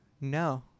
no